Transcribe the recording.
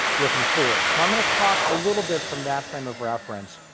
looking forward. so i'm going to talk a little bit from that frame of reference